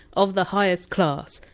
of the highest class!